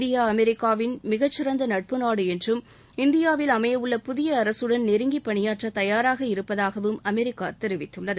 India அமெரிக்காவின் மிகச்சிறந்த நட்பு நாடு என்றும் இந்தியாவில் அமையவுள்ள புதிய அரசுடன் நெருங்கி பணியாற்ற தயாராக இருப்பதாகவும் அமெரிக்கா தெரிவித்துள்ளது